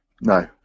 no